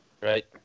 right